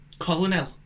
Colonel